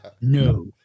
No